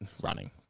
running